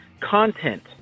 content